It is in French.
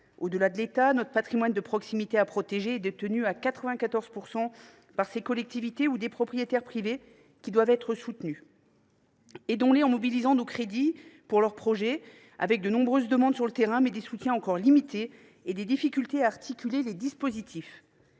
locales. Le patrimoine de proximité à protéger est détenu à 94 % par les collectivités ou par des propriétaires privés, qui doivent être soutenus. Aidons les en mobilisant des crédits pour leurs projets. Il y a de nombreuses demandes sur le terrain, mais les soutiens sont encore limités et l’on a des difficultés à articuler les dispositifs